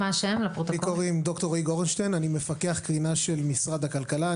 אני מפקח קרינה של משרד הכלכלה.